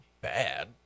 bad